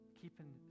keeping